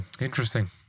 Interesting